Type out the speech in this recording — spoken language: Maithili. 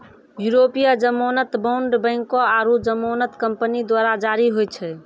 यूरोपीय जमानत बांड बैंको आरु जमानत कंपनी द्वारा जारी होय छै